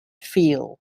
feel